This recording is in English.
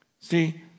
See